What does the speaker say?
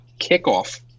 kickoff